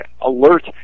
alert